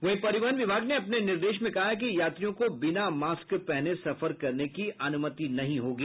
वहीं परिवहन विभाग ने अपने निर्देश में कहा है कि यात्रियों को बिना मास्क पहने सफर करने की अनुमति नहीं होगी